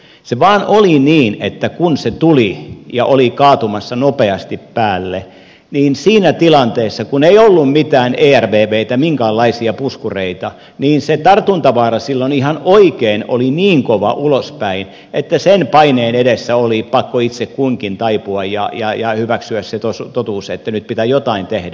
se vaan oli niin että kun se tuli ja oli kaatumassa nopeasti päälle niin siinä tilanteessa kun ei ollut mitään ervvtä minkäänlaisia puskureita se tartuntavaara silloin ihan oikein oli niin kova ulospäin että sen paineen edessä oli pakko itse kunkin taipua ja hyväksyä se totuus että nyt pitää jotain tehdä